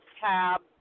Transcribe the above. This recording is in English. tab